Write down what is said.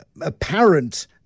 apparent